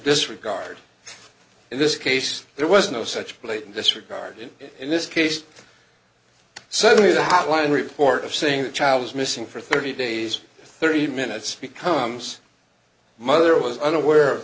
disregard in this case there was no such blatant disregard in this case suddenly the hotline report of saying the child was missing for thirty days thirty minutes becomes a mother was unaware